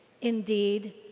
Indeed